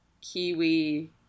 Kiwi